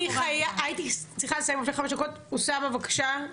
חבר הכנסת אוסאמה סעדי, בקשה.